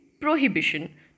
prohibition